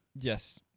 yes